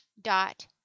dot